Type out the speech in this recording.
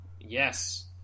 Yes